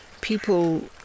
People